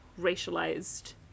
racialized